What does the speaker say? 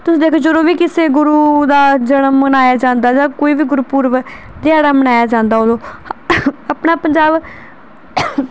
ਤੁਸੀਂ ਦੇਖਦੇ ਜਦੋਂ ਵੀ ਕਿਸੇ ਗੁਰੂ ਦਾ ਜਨਮ ਮਨਾਇਆ ਜਾਂਦਾ ਜਾਂ ਕੋਈ ਵੀ ਗੁਰਪੂਰਬ ਦਿਹਾੜਾ ਮਨਾਇਆ ਜਾਂਦਾ ਉਦੋਂ ਆਪਣਾ ਪੰਜਾਬ